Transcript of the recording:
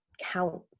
count